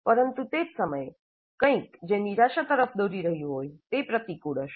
પરંતુ તે જ સમયે કંઈક જે નિરાશા તરફ દોરી રહ્યું હોય તે પ્રતિકૂળ હશે